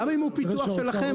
גם אם הוא פיתוח שלכם,